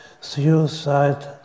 suicide